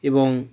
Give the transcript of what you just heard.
এবং